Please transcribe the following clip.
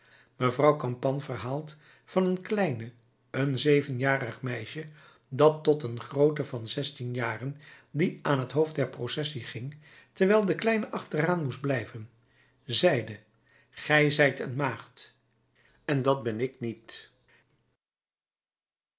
mevrouw campan verhaalt van een kleine een zevenjarig meisje dat tot een groote van zestien jaren die aan t hoofd der processie ging terwijl de kleine achteraan moest blijven zeide gij zijt een maagd en dat ben ik niet